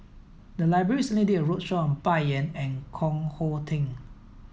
the library recently did a roadshow Bai Yan and Koh Hong Teng